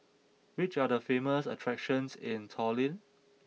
which are the famous attractions in Tallinn